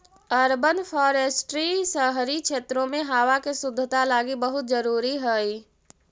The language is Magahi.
अर्बन फॉरेस्ट्री शहरी क्षेत्रों में हावा के शुद्धता लागी बहुत जरूरी हई